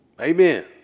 Amen